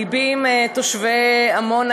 לבי עם תושבי עמונה,